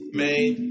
made